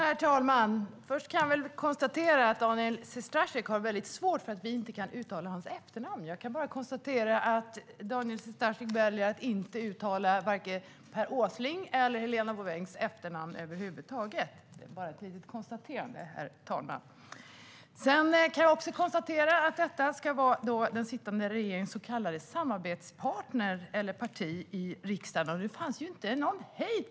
Herr talman! Till att börja med kan jag konstatera att Daniel Sestrajcic har väldigt svårt för att vi inte kan uttala hans efternamn. Jag konstaterar att Daniel Sestrajcic väljer att inte uttala vare sig Per Åslings eller Helena Bouvengs efternamn över huvud taget. Detta var bara ett litet konstaterande, herr talman. Jag kan också konstatera att detta ska vara den sittande regeringens så kallade samarbetspartner, eller samarbetsparti, i riksdagen. Det finns ju ingen hejd på det hela!